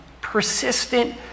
persistent